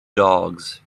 dogs